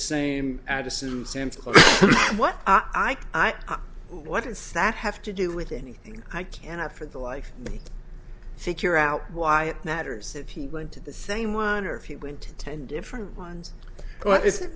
see what does that have to do with anything i cannot for the life of me figure out why it matters if he went to the same one or if he went to ten different ones